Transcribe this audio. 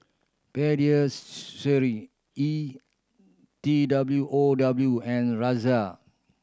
Pediasure E T W O W and Razer